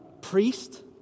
priest